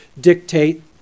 dictate